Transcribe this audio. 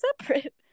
separate